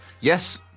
Yes